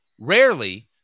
Rarely